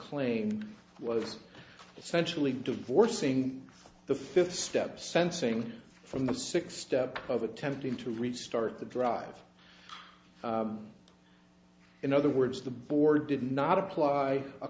claim was essentially divorcing the fifth step sensing from the six step of attempting to restart the drive in other words the board did not apply a